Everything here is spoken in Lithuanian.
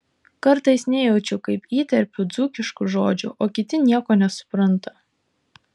kartais nejaučiu kaip įterpiu dzūkiškų žodžių o kiti nieko nesupranta